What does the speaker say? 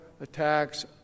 attacks